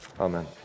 amen